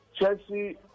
Chelsea